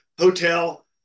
hotel